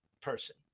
person